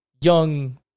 young